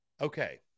okay